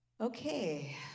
okay